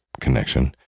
connection